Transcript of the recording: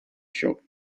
shop